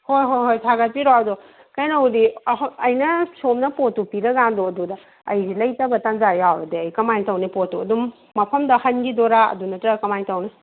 ꯍꯣꯏ ꯍꯣꯏ ꯍꯣꯏ ꯊꯥꯒꯠꯄꯤꯔꯣ ꯑꯗꯣ ꯀꯩꯅꯣꯕꯨꯗꯤ ꯑꯍꯣꯏ ꯑꯩꯅ ꯁꯣꯝꯅ ꯄꯣꯠꯇꯨ ꯄꯤꯔꯀꯥꯟꯗꯣ ꯑꯗꯨꯗ ꯑꯩꯁꯤ ꯂꯩꯇꯕ ꯇꯟꯖꯥ ꯌꯥꯎꯔꯥꯗꯤ ꯑꯩ ꯌꯥꯎꯔꯗꯤ ꯑꯩ ꯀꯃꯥꯏꯅ ꯇꯧꯅꯤ ꯄꯣꯠꯇꯨ ꯑꯗꯨꯝ ꯃꯐꯝꯗ ꯑꯗꯨꯝ ꯍꯟꯈꯤꯗꯣꯏꯔ ꯑꯗꯨ ꯅꯠꯇ꯭ꯔ ꯀꯃꯥꯏꯅ ꯇꯧꯅꯤ